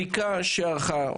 בדיקה שארכה,